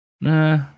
Nah